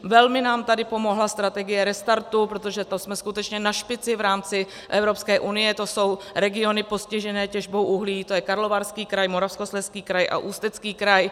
Velmi nám tady pomohla strategie Restartu, protože to jsme skutečně na špici v rámci Evropské unie, to jsou regiony postižené těžbou uhlí, to je Karlovarský kraj, Moravskoslezský kraj a Ústecký kraj.